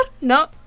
No